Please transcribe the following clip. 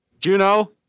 Juno